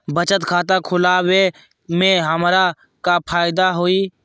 बचत खाता खुला वे में हमरा का फायदा हुई?